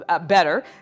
better